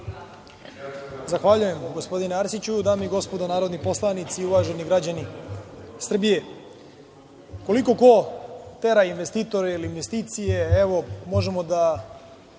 Zahvaljujem, gospodine Arsiću. Dame i gospodo narodni poslanici, uvaženi građani Srbije, koliko ko tera investitore ili investicije, evo, možemo na